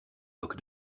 docks